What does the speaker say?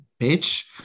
bitch